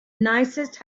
nicest